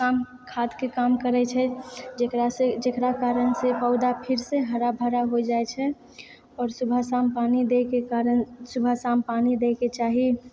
काम खाद्यके काम करै छै जेकरा से जेकरा कारणसँ पौधा फेरसँ हराभरा हो जाय छै आओर सुबह शाम पानी दै के कारण सुबह शाम पानी दैके चाही